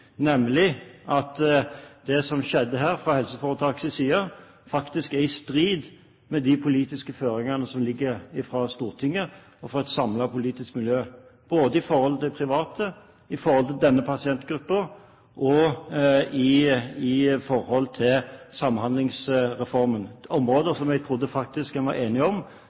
nemlig at det som skjedde her fra helseforetakets side, er i strid med de politiske føringene som ligger fra Stortinget og fra et samlet politisk miljø – både i forhold til private, i forhold til denne pasientgruppen og i forhold til Samhandlingsreformen. Områder som jeg trodde en var enig om,